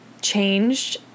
changed